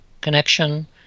connection